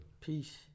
Peace